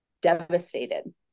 devastated